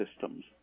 systems